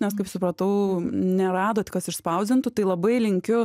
nes kaip supratau neradot kas išspausdintų tai labai linkiu